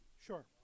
sure